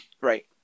right